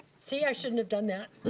see, i shouldn't have done that